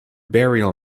burial